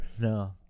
no